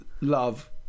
love